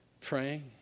praying